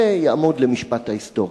זה יעמוד למשפט ההיסטוריה.